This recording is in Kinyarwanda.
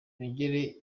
yongere